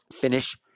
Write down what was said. finish